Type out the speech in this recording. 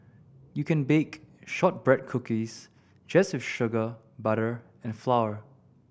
you can bake shortbread cookies just with sugar butter and flour